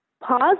Pause